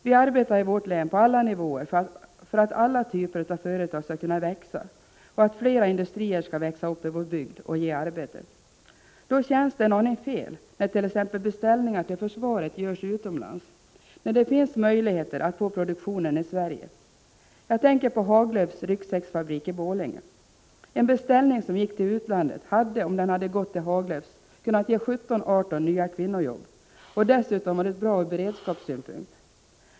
Vi arbetar i vårt län på alla nivåer för att alla typer av företag skall kunna växa och att flera industrier skall växa upp i vår bygd och ge arbete. Då känns det en aning fel när t.ex. beställningar till försvaret görs utomlands, när det finns möjligheter att få produktionen i Sverige. Jag tänker på Haglöfs ryggsäcksfabrik i Borlänge. En beställning som gick till utlandet hade, om den hade gått till Haglöfs, kunnat ge 17-18 nya kvinnojobb och dessutom varit bra ur beredskapssynpunkt.